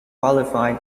qualify